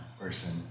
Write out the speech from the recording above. person